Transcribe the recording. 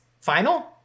final